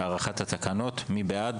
הארכת התקנות מי בעד?